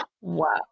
Wow